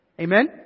Amen